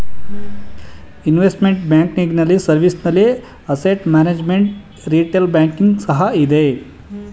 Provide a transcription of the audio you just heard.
investment banking ನಲ್ಲಿ service ನಲ್ಲಿ asset management, retail banking ಸಹ ಇದೆ